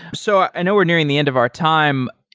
so i know we're nearing the end of our time.